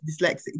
dyslexic